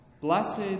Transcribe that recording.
Blessed